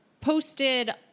posted